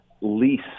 lease